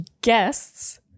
guests